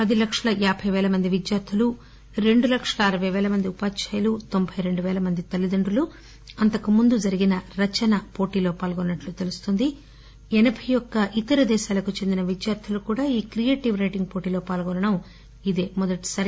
పది లక్షల యాబై పేల మంది విద్యార్థులు రెండులక్షల అరవై పేల మంది ఉపాధ్యాయులు తొంబై రెండు పేల మంది తల్లిదండ్రులు అంతకుముందు జరిగిన రచనా పోటీలో పాల్గొన్నట్లు తెలుస్తోంది ఎనబై యొక్క విదేశాలకు చెందిన విద్యార్దులు కూడా ఈ క్రియేటివ్ రైటింగ్ పోటీలో పాల్గొనడం ఇదే మొదటిసారి